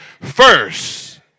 first